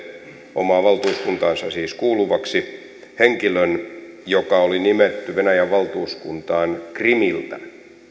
omaan valtuuskuntaansa siis kuuluvaksi henkilön joka oli nimetty venäjän valtuuskuntaan krimiltä